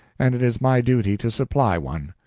and it is my duty to supply one.